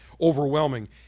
overwhelming